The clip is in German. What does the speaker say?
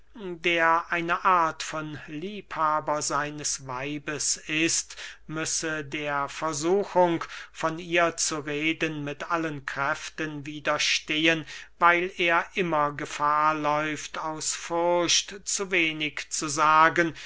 der eine art von liebhaber seines weibes ist müsse der versuchung von ihr zu reden mit allen kräften widerstehen weil er immer gefahr läuft aus furcht zu wenig zu sagen